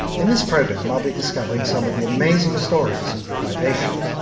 in this program i'll be discovering some of the amazing stories of privation,